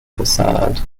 facade